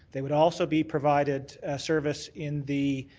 they would also be provided a service in the